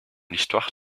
l’histoire